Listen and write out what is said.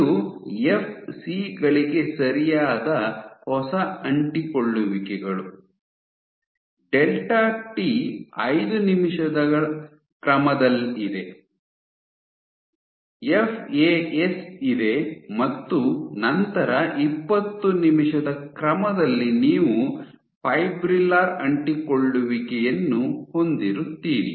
ಇದು ಎಫ್ಸಿ ಗಳಿಗೆ ಸರಿಯಾದ ಹೊಸ ಅಂಟಿಕೊಳ್ಳುವಿಕೆಗಳು ಡೆಲ್ಟಾ ಟಿ ಐದು ನಿಮಿಷಗಳ ಕ್ರಮದಲ್ಲಿದೆ ಎಫ್ಎಎಸ್ ಇದೆ ಮತ್ತು ನಂತರ ಇಪ್ಪತ್ತು ನಿಮಿಷದ ಕ್ರಮದಲ್ಲಿ ನೀವು ಫೈಬ್ರಿಲ್ಲರ್ ಅಂಟಿಕೊಳ್ಳುವಿಕೆಯನ್ನು ಹೊಂದಿರುತ್ತೀರಿ